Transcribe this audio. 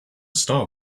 star